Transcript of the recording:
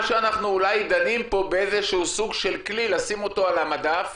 מה שאנחנו אולי דנים בו הוא באיזה שהוא סוג של כלי לשים אותו על המדף,